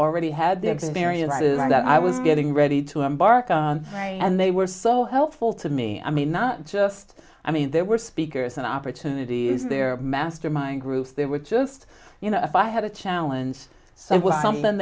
already had the experience that i was getting ready to embark on and they were so helpful to me i mean not just i mean there were speakers and opportunity is there mastermind groups there were just you know if i had a challenge so